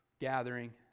gathering